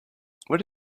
where